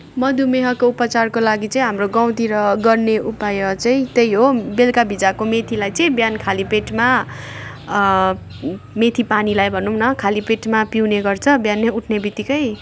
मधुमेहको उपचारको लागि चाहिँ हाम्रो गाउँतिर गर्ने उपाय चाहिँ त्यही हो बेलुका भिजाएको मेथीलाई बिहान खाली पेटमा मेथी पानीलाई भनौँ न खाली पेटमा पिउने गर्छ बिहान नै उठ्ने बित्तिकै